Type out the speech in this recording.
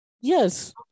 Yes